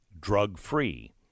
drug-free